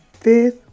fifth